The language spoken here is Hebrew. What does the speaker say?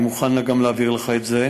אני מוכן גם להעביר לך את זה.